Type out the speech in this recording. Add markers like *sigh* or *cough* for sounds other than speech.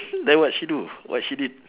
*laughs* then what she do what she did